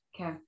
Okay